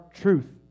truth